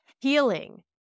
healing